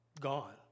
gone